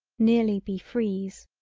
nearly be freeze.